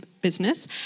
business